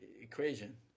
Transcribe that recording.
equation